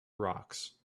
rocks